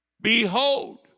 Behold